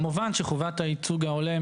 כמובן שחובת הייצוג ההולם,